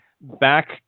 Back